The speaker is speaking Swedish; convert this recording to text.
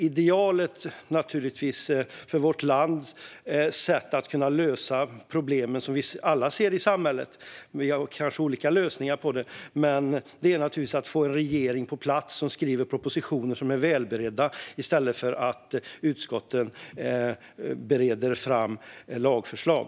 Idealet för vårt lands sätt att kunna lösa de problem som vi alla ser i samhället - vi har kanske olika lösningar på dem - är naturligtvis att få en regering på plats som skriver propositioner som är väl beredda i stället för att utskotten arbetar fram lagförslag.